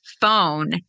phone